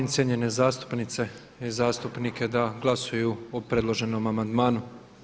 Molim cijenjene zastupnice i zastupnike da glasuju o predloženom amandmanu.